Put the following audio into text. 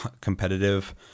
competitive